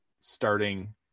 starting